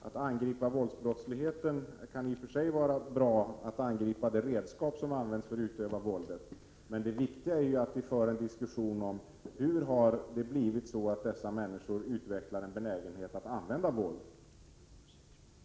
Att angripa våldsbrottsligheten genom att vända sig mot det redskap som används för utövandet av våldet kan i och för sig vara bra. Det viktiga är emellertid att vi för en diskussion om hur det kommer sig att människor blivit benägna att använda våld.